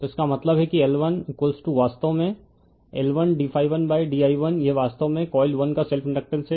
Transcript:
तो इसका मतलब है कि L1 वास्तव में L1d di1 यह वास्तव में कॉइल 1 का सेल्फ इंडकटेन्स है